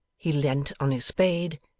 he leant on his spade,